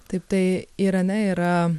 taip tai irane yra